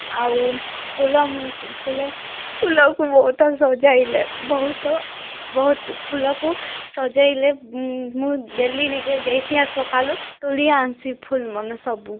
ଆଉ ଫୁଲ ଫୁଲ ଫୁଲକୁ ବହୁତ ସଜାଇଲେ ବହୁତ ବହୁତ ଫୁଲକୁ ସଜାଇଲେ ମୁଁ ଡେଲି ନିକେ ଯାଇସିଁ ଆର ସକାଲୁ ତୋଲି ଆନସିଁ ଫୁଲମାନେ ସବୁ